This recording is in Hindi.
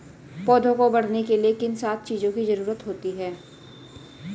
पौधों को बढ़ने के लिए किन सात चीजों की जरूरत होती है?